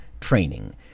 training